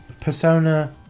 Persona